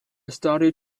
started